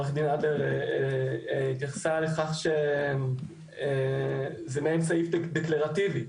עו"ד אדלר, התייחסה לכך שזה מעין סעיף דקלרטיבי.